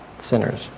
Sinners